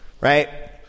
Right